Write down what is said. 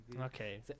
Okay